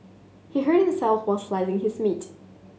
he hurt himself while slicing his meat